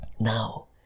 Now